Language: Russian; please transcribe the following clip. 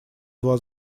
два